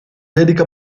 dedica